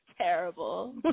Terrible